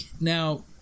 Now